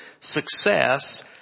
success